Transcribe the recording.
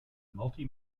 multi